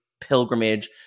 pilgrimage